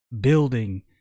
building